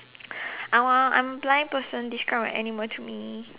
I'm a I'm blind person describe an animal to me